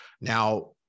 Now